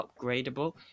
upgradable